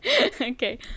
Okay